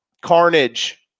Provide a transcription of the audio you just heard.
Carnage